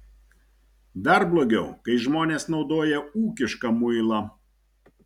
dar blogiau kai žmonės naudoja ūkišką muilą